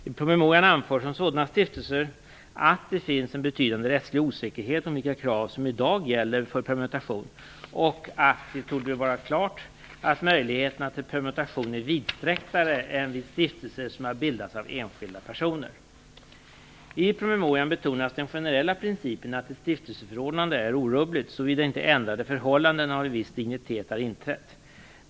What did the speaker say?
I promemorian anförs om sådana stiftelser att det finns en betydande rättslig osäkerhet om vilka krav som i dag gäller för permutation och att det dock torde vara klart att möjligheterna till permutation är vidsträcktare än vid stiftelser som har bildats av enskilda personer. I promemorian betonas den generella principen att ett stiftelseförordnande är orubbligt, såvida inte ändrade förhållanden av en viss dignitet har inträtt.